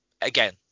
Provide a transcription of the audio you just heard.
again